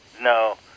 No